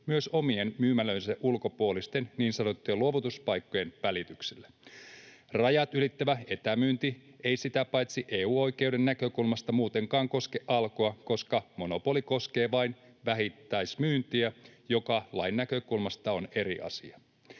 myös omien myymälöidensä ulkopuolisten niin sanottujen luovutuspaikkojen välityksellä. Rajat ylittävä etämyynti ei sitä paitsi EU-oikeuden näkökulmasta muutenkaan koske Alkoa, koska monopoli koskee vain vähittäismyyntiä, joka lain näkökulmasta on eri asia.